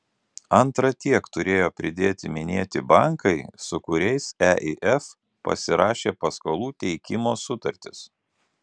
antra tiek turėjo pridėti minėti bankai su kuriais eif pasirašė paskolų teikimo sutartis